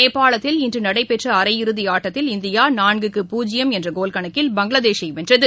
நேபாளத்தில் இன்று நடைபெற்ற அரையிறுதி ஆட்டத்தில் இந்தியா நான்குக்கு பூஜ்ஜியம் என்ற கோல் கணக்கில் பங்களாதேஷை வென்றது